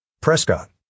Prescott